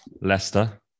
Leicester